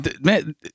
man